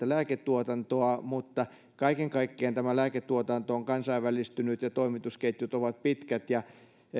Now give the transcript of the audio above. lääketuotantoa mutta kaiken kaikkiaan tämä lääketuotanto on kansainvälistynyt ja toimitusketjut ovat pitkät ja